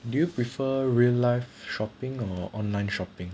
do you prefer real life shopping or online shopping